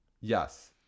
Yes